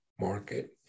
market